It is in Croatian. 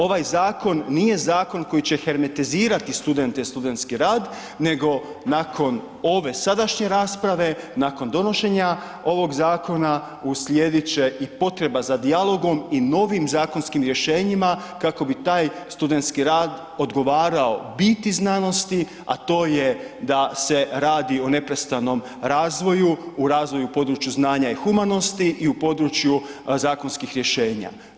Ovaj zakon nije zakon koji će hermetizirati studente i studentski rad nego nakon ove sadašnje rasprave, nakon donošenja ovog zakona uslijedit će i potreba za dijalogom i novim zakonskim rješenjima kako bi taj studentski rada odgovarao biti znanosti, a to je da se radi o neprestanom razvoju, u razvoju u području znanja i humanosti i u području zakonskih rješenja.